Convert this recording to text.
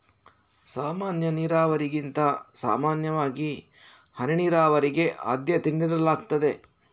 ಸಾಮಾನ್ಯ ನೀರಾವರಿಗಿಂತ ಸಾಮಾನ್ಯವಾಗಿ ಹನಿ ನೀರಾವರಿಗೆ ಆದ್ಯತೆ ನೀಡಲಾಗ್ತದೆ